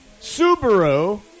Subaru